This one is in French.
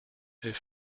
est